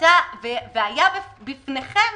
והיה בפניכם